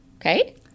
Okay